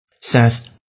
says